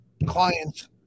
clients